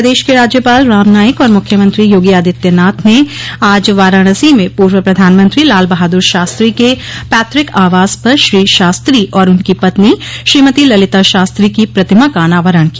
प्रदेश के राज्यपाल राम नाईक और मुख्यमंत्री योगी आदित्यनाथ ने आज वाराणसी में पूर्व प्रधानमंत्री लाल बहादुर शास्त्री के पैतृक आवास पर श्री शास्त्री और उनकी पत्नी श्रीमती ललिता शास्त्री की प्रतिमा का अनावरण किया